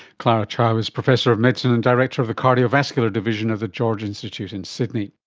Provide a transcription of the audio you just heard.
clara chow is professor of medicine and director of the cardiovascular division of the george institute in sydney